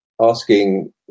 asking